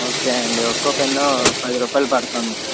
okay అండి ఒక pen పది రుపాయలు పడుతుంది